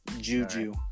Juju